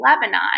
Lebanon